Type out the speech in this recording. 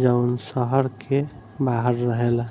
जउन शहर से बाहर रहेला